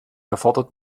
erfordert